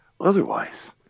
Otherwise